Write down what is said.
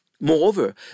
Moreover